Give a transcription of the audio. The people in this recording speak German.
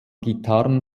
gitarren